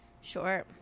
Sure